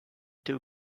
two